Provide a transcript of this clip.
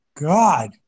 god